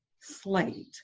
slate